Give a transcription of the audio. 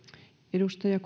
edustaja